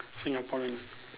Singaporean